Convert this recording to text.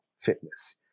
fitness